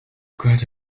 got